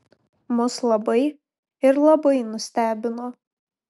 mus labai ir labai nustebino